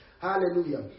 Hallelujah